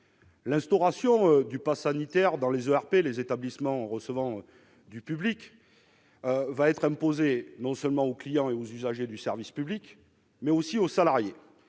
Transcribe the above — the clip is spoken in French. L'instauration du passe sanitaire dans les établissements recevant du public (ERP) va être imposée non seulement aux clients et aux usagers du service public, mais aussi aux salariés.